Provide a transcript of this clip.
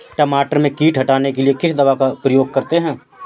मटर में कीट हटाने के लिए किस दवा का प्रयोग करते हैं?